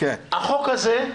החוק הזה,